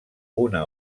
una